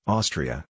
Austria